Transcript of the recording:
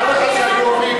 תאר לך שהיו אומרים,